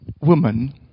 woman